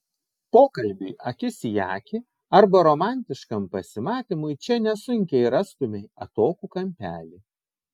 pokalbiui akis į akį arba romantiškam pasimatymui čia nesunkiai rastumei atokų kampelį